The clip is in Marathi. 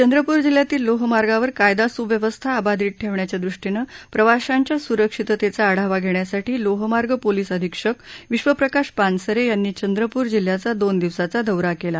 चंद्रपूर जिल्ह्यातील लोहमार्गावर कायदा स्व्यवस्था अबाधित ठेवण्याच्या दृष्टीनं प्रवाशांच्या स्रक्षिततेचा आढावा घेण्यासाठी लोहमार्ग पोलिस अधिक्षक विश्वप्रकाश पानसरे यांनी चंद्रपूर जिल्ह्याचा दोन दिवसांचा दौरा केला